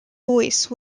voice